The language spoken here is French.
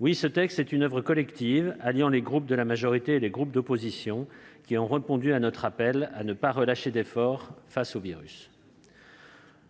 Oui, ce texte est une oeuvre collective, alliant les groupes de la majorité et les groupes d'opposition, qui ont répondu à notre appel à ne pas relâcher l'effort face au virus.